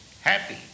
happy